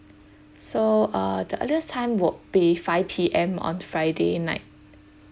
so uh the earliest time would be five P_M on friday night